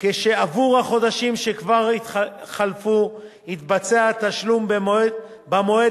ובעבור החודשים שכבר חלפו יתבצע התשלום במועד